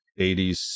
80s